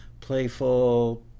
playful